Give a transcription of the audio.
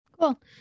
Cool